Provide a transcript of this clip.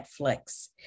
Netflix